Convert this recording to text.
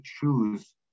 choose